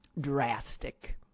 Drastic